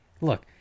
Look